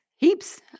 Heaps